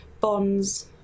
bonds